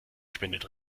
spendet